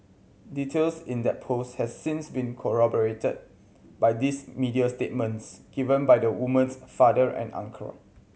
details in that post has since been corroborated by these media statements given by the woman's father and uncle